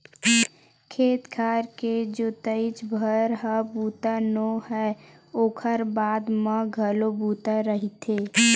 खेत खार के जोतइच भर ह बूता नो हय ओखर बाद म घलो बूता रहिथे